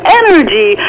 energy